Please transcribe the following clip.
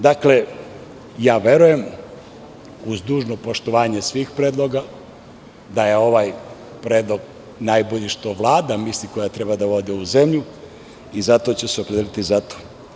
Dakle, ja verujem, uz dužno poštovanje svih predloga da je ovaj predlog najbolji što Vlada misli, koja treba da vodi ovu zemlju i zato ču se opredeliti za to.